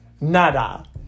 nada